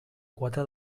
quota